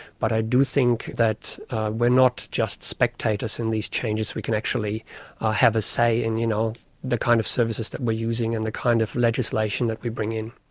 but i do think that not just spectators in these changes, we can actually have a say in you know the kind of services that we are using and the kind of legislation that we bring in.